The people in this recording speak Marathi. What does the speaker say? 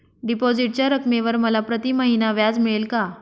डिपॉझिटच्या रकमेवर मला प्रतिमहिना व्याज मिळेल का?